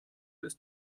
ist